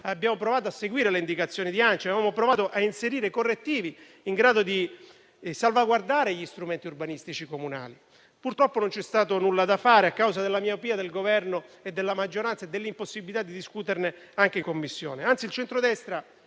abbiamo provato a seguirne le indicazioni, inserendo correttivi in grado di salvaguardare gli strumenti urbanistici comunali. Purtroppo non c'è stato nulla da fare, a causa della miopia del Governo e della maggioranza e dell'impossibilità di discuterne anche in Commissione. Anzi, il centrodestra,